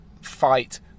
fight